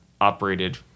operated